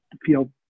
feel